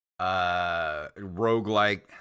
roguelike